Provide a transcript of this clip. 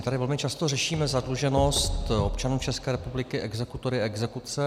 My tady velmi často řešíme zadluženost občanů České republiky, exekutory a exekuce.